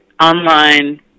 online